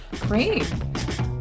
great